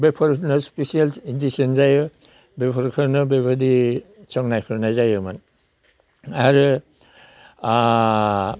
बेफोरनो special dish होनजायो बेफोरखौनो बेबायदि संनाय खावनाय जायोमोन आरो